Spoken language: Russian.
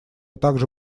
также